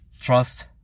trust